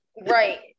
Right